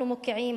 אנחנו מוקיעים,